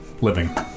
living